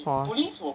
!wah!